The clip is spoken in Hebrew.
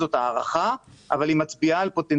זאת הערכה אבל היא מצביעה על פוטנציאל